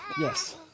yes